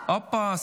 הינה, אני פה.